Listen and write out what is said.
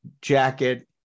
jacket